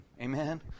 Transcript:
Amen